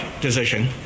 decision